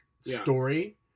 story